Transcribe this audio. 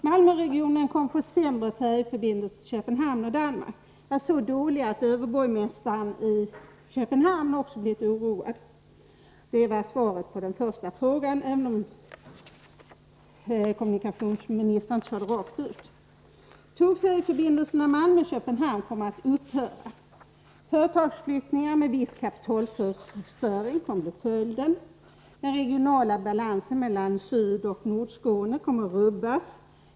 Malmöregionen kommer att få sämre färjeförbindelser med Köpenhamn och Danmark — ja, så dåliga att också överborgmästaren i Köpenhamn blivit oroad. Det var svaret på den första frågan, även om kommunikationsministern inte sade det rakt ut. Tågfärjeförbindelserna Malmö-Köpenhamn kommer att upphöra. Företagsflyttningar med viss kapitalförstöring kommer att bli följden. Den regionala balansen mellan Sydoch Nordskåne kommer att rubbas.